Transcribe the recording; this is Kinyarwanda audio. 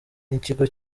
n’ikigo